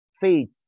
Faith